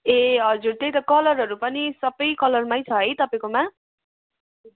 ए हजुर त्यही त कलरहरू पनि सबै कलरमै छ है तपाईँकोमा